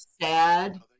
sad